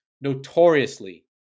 notoriously